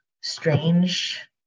strange